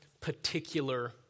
particular